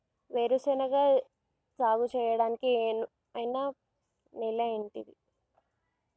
వేరు శనగ సాగు చేయడానికి అనువైన నేల ఏంటిది?